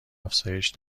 افزایش